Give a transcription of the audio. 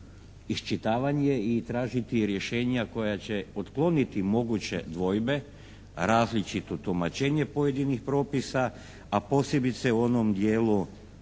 iščitavanje i tražiti rješenja koja će otkloniti moguće dvojbe, različito tumačenje pojedinih propisa, a posebice u onom dijelu